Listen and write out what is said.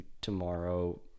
tomorrow